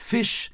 Fish